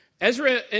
Ezra